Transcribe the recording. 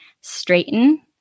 straighten